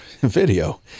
video